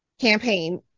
campaign